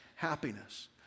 happiness